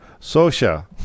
Sosha